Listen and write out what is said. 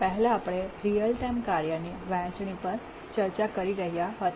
પહેલાં આપણે real time કાર્યની વહેંચણી પર ચર્ચા કરી રહ્યા હતા